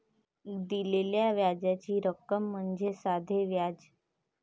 दिलेल्या व्याजाची रक्कम म्हणजे साधे व्याज